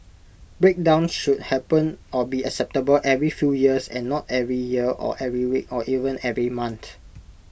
breakdowns should happen or be acceptable every few years and not every year or every week or even every month